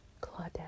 Claudette